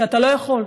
שאתה לא יכול,